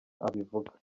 abivuga